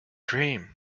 dream